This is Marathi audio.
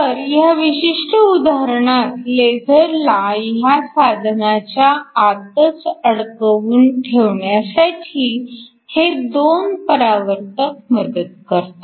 तर ह्या विशिष्ट उदाहरणात लेझरला ह्या साधनाच्या आतच अडकवून ठेवण्यासाठी हे 2 परावर्तक मदत करतात